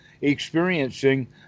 experiencing